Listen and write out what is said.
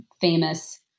famous